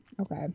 okay